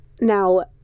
Now